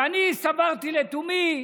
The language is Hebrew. ואני סברתי לתומי,